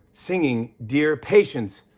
singing dear patience,